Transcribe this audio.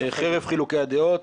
חרף חילוקי הדעת,